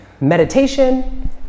Meditation